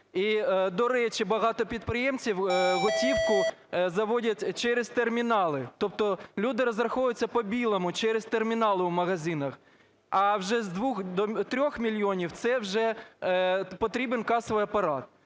до речі, багато підприємців готівку заводять через термінали. Тобто люди розраховуються "по-білому" через термінали в магазинах. А вже з 2 до 3 мільйонів це вже потрібен касовий апарат.